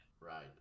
Right